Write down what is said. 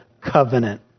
covenant